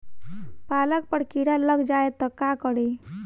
पालक पर कीड़ा लग जाए त का करी?